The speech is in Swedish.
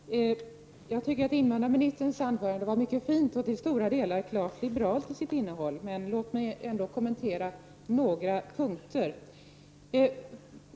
Herr talman! Jag tycker att invandrarministerns anförande var mycket fint och i stora delar klart liberalt till sitt innehåll. Låt mig ändå kommentera några punkter.